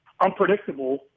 unpredictable